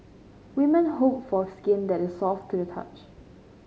women hope for skin that is soft to the touch